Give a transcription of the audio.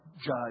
judge